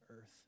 earth